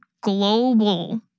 global